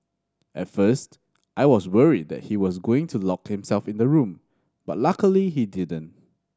at first I was worried that he was going to lock himself in the room but luckily he didn't